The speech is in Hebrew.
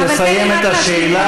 היא תסיים את השאלה.